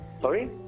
Sorry